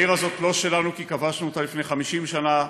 העיר הזאת לא שלנו כי כבשנו אותה לפני 50 שנה,